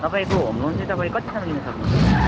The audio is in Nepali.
तपाईँको होम लोन चाहिँ तपाईँ कतिसम्म लिनु सक्नुहुन्छ